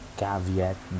caveat